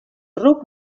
ruc